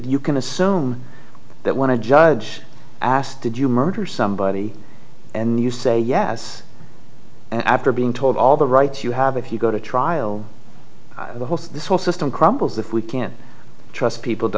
you can assume that when a judge asked did you murder somebody and you say yes after being told all the rights you have if you go to trial the host of this whole system crumbles if we can't trust people to